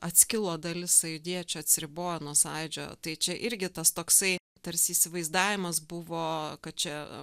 atskilo dalis sąjūdiečio atsiribojo nuo sąjūdžio tai čia irgi tas toksai tarsi įsivaizdavimas buvo kad čia